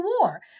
war